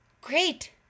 great